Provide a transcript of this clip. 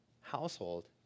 household